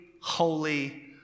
holy